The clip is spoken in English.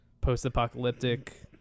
post-apocalyptic